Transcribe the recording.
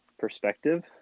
perspective